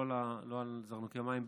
לא על זרנוקי המים,